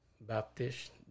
Baptist